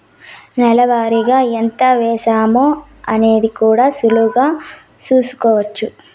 నెల వారిగా ఎంత వేశామో అనేది కూడా సులువుగా చూస్కోచ్చు